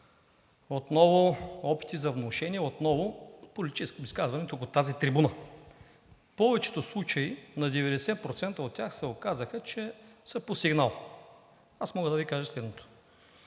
отново опити за внушения, отново политическо изказване тук от тази трибуна. Повечето случаи – на 90% от тях, се оказаха, че са по сигнал. Аз мога да Ви кажа следното: